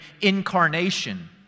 Incarnation